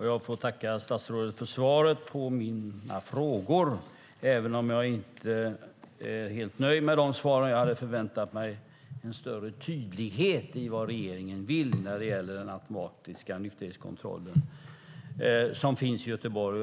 Jag får tacka statsrådet för svaret på min interpellation, även om jag inte är helt nöjd med svaret. Jag hade förväntat mig en större tydlighet i vad regeringen vill när det gäller den automatiska nykterhetskontrollen som finns i Göteborg.